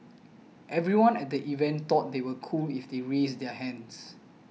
everyone at the event thought they were cool if they raised their hands